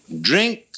drink